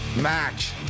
Match